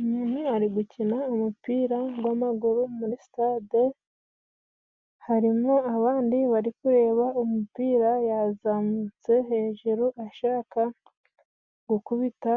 Umuntu ari gukina umupira gw'amaguru muri sitade, harimo abandi bari kureba umupira, yazamutse hejuru ashaka gukubita